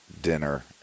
dinner